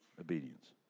Obedience